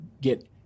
get